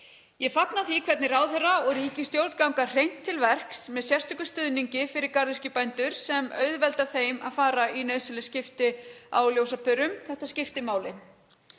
Ég fagna því hvernig ráðherra og ríkisstjórn ganga hreint til verks með sérstökum stuðningi fyrir garðyrkjubændur sem auðveldar þeim að fara í nauðsynleg skipti á ljósaperum. Þetta skiptir máli.